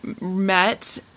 met